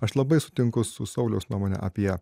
aš labai sutinku su sauliaus nuomone apie